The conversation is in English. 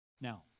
Now